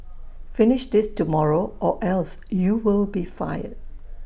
finish this tomorrow or else you will be fired